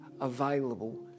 available